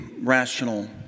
rational